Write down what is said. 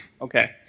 Okay